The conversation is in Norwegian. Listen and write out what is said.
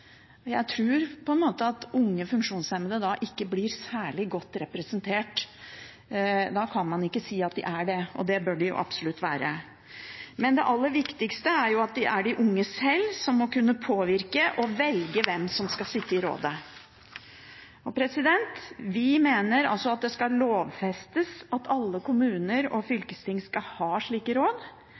Jeg tror at unge funksjonshemmede da ikke blir særlig godt representert. Da kan man ikke si at de er det, men det bør de absolutt være. Det aller viktigste er at det er de unge selv som må kunne påvirke og velge hvem som skal sitte i rådet. Vi mener altså at det skal lovfestes at alle kommuner og fylkesting skal ha slike råd,